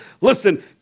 Listen